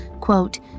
quote